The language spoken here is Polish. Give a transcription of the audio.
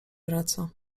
wraca